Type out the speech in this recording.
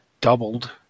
doubled